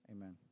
Amen